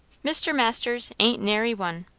mr. masters ain't nary one.